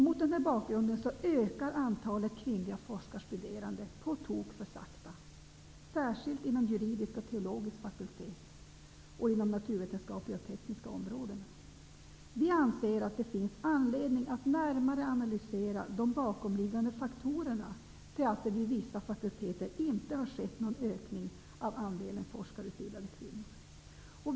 Mot den bakgrunden ökar antalet kvinnliga forskarstuderande på tok för sakta, särskilt inom juridisk och teologisk fakultet och inom de naturvetenskapliga och tekniska områdena. Vi anser att det finns anledning att närmare analysera de bakomliggande faktorerna till att det vid vissa fakulteter inte har skett någon ökning av andelen forskarutbildade kvinnor.